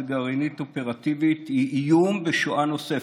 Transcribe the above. גרעינית אופרטיבית היא איום בשואה נוספת.